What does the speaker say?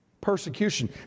Persecution